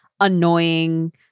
annoying